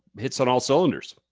hits on all cylinders!